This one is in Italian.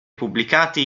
pubblicati